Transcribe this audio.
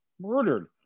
murdered